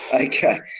Okay